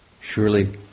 surely